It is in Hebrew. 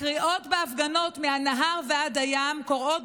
הקריאות בהפגנות "מהנהר ועד הים" קוראות